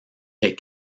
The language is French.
est